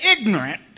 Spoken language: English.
ignorant